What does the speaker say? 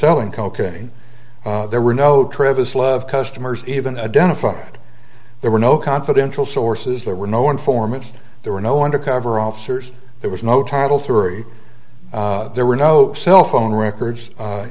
selling cocaine there were no travis love customers even identified there were no confidential sources there were no informants there were no undercover officers there was no title to there were no cell phone records